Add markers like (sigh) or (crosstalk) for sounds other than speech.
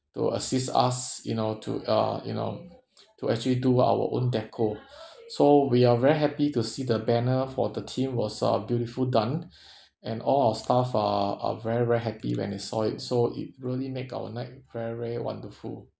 to assist us you know to uh you know (noise) to actually do our own decor (breath) so we are very happy to see the banner for the theme was uh beautiful done (breath) and all staff are are very very happy when they saw it so it really make our night very very wonderful